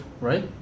right